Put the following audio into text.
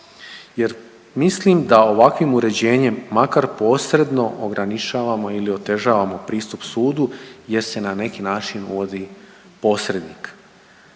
Jer mislim da ovakvim uređenjem makar posredno ograničavamo ili otežavamo pristup sudu, jer se na neki način uvodi posrednik.